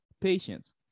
patience